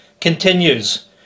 continues